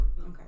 Okay